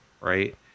right